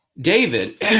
David